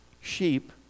Sheep